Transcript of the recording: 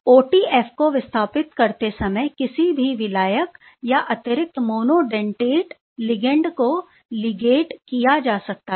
ओटीएफ को विस्थापित करते समय किसी भी विलायक या अतिरिक्त मोनोडेंटेट लिगंड को लीगेट किया जा सकता है